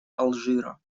алжира